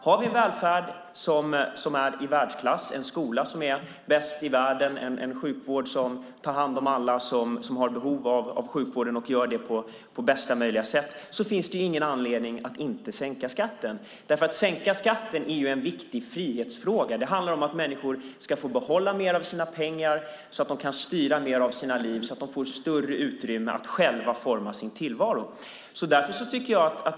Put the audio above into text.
Om vi har en välfärd i världsklass, en skola som är bäst i världen, en sjukvård som tar hand om alla som har behov av sjukvård och gör det på bästa möjliga sätt finns det ju ingen anledning att inte sänka skatten. Att sänka skatten är en viktig frihetsfråga. Det handlar om att människor ska få behålla mer av sina pengar så att de kan styra mer över sina liv och får större utrymme att själva forma sin tillvaro.